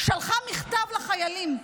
שלחה מכתב לחיילים,